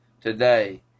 today